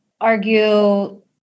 argue